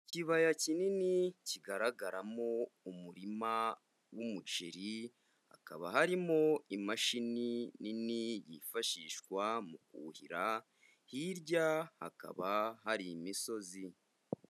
Ikibaya kinini kigaragaramo umurima w'umuceri, hakaba harimo imashini nini yifashishwa mu kuhira, hirya hakaba hari imisozi.